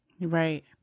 Right